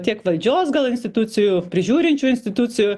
tiek valdžios gal institucijų prižiūrinčių institucijų